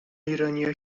ایرانیا